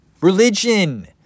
Religion